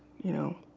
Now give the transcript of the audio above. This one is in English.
you know,